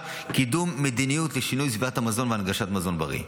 קידום מדיניות לשינוי סביבת המזון והנגשת מזון בריא.